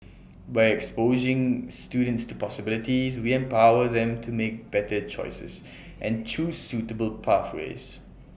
by exposing students to possibilities we empower them to make better choices and choose suitable pathways